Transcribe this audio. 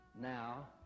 now